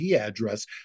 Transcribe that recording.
address